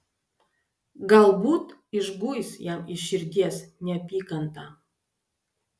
galbūt išguis jam iš širdies neapykantą